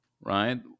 right